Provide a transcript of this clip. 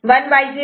G1'